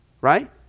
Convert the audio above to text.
Right